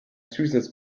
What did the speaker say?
süßes